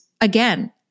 again